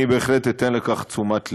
אני בהחלט אתן לכך תשומת לב.